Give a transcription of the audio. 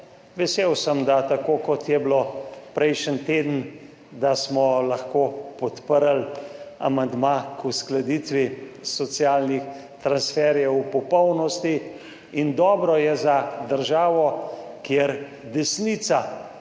Vesel sem, da tako kot je bilo prejšnji teden, da smo lahko podprli amandma k uskladitvi socialnih transferjev v popolnosti in dobro je za državo, kjer desnica